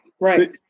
Right